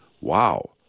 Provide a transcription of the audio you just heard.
wow